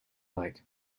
like